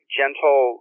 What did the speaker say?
gentle